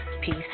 Peace